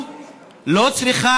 אני אומר לך,